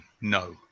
no